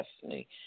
destiny